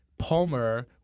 Palmer